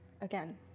Again